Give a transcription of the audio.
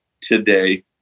today